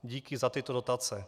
Díky za tyto dotace.